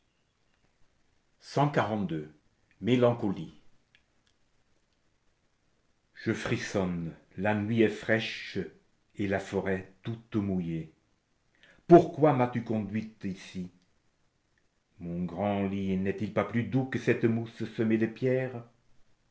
mélancolie je frissonne la nuit est fraîche et la forêt toute mouillée pourquoi m'as-tu conduite ici mon grand lit n'est-il pas plus doux que cette mousse semée de pierres